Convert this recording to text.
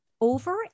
over